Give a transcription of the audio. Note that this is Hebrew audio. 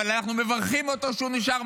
-- אבל אנחנו מברכים אותו שהוא נשאר,